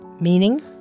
Meaning